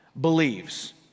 believes